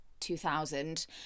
2000